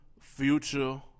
Future